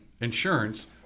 insurance